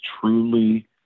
truly